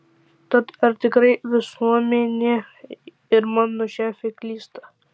tad ar tikrai visuomenė ir mano šefė klysta